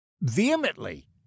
Vehemently